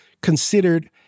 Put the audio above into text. considered